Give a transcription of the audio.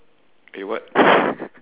eh what